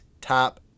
top